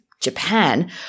Japan